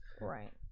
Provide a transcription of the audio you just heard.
Right